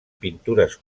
pintures